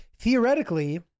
Theoretically